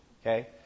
okay